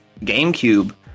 GameCube